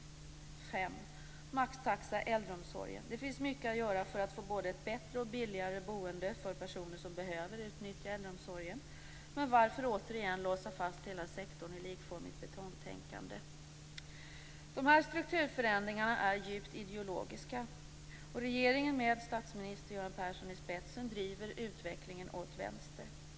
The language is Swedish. Sedan är det maxtaxan och äldreomsorgen. Det finns mycket att göra för att få både ett bättre och billigare boende för personer som behöver utnyttja äldreomsorgen. Men varför återigen låsa fast hela sektorn i likformigt betongtänkande? Dessa strukturförändringar är djupt ideologiska. Regeringen, med statsminister Göran Persson i spetsen, driver utvecklingen åt vänster.